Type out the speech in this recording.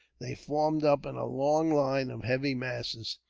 they formed up in a long line of heavy masses,